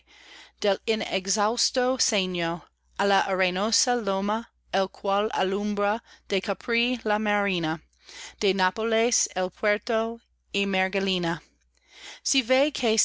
del inexhausto seno á la arenosa loma el cual alumbra de capri la marina de nápoles el puerto y